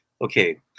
okay